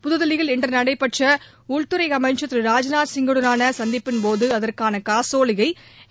புதுதில்லியில் இன்று நடைபெற்ற உள்துறை அமைச்சர் திரு ராஜ்நாத் சிங்குடனான சந்திப்பின்போது அதற்கான காசோலையை என்